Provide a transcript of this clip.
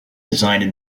designed